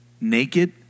Naked